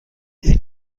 این